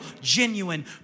genuine